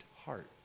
heart